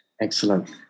excellent